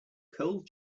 cold